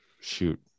shoot